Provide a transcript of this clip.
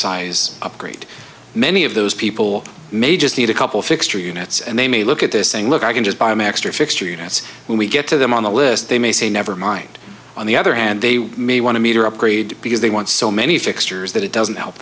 size upgrade many of those people may just need a couple fixture units and they may look at this saying look i can just buy maxtor fixture units when we get to them on the list they may say never mind on the other hand they may want to meter upgrade because they want so many fixtures that it doesn't help